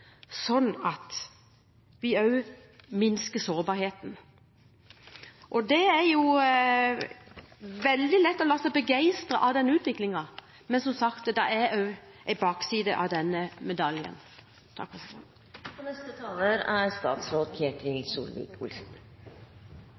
sånn at vi også minsker sårbarheten? Det er veldig lett å la seg begeistre av denne utviklingen, men, som sagt, det er også en bakside av denne medaljen.